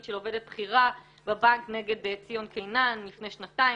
של עובדת בכירה בבנק נגד ציון קינן לפני שנתיים.